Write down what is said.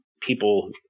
people